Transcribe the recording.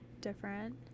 different